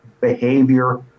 behavior